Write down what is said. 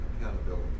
Accountability